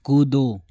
कूदो